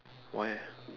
why eh